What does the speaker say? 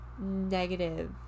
negative